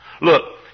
Look